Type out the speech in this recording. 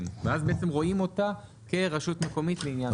ואז בעצם רואים אותה כרשות מקומית לעניין החוק.